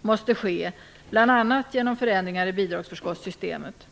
måste ske bl.a. genom förändringar i bidragsförskottssystemet.